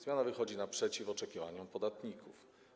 Zmiana wychodzi naprzeciw oczekiwaniom podatników.